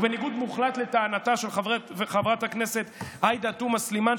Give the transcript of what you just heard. ובניגוד מוחלט לטענתה של חברת הכנסת עאידה תומא סלימאן,